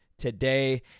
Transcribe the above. Today